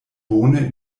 bone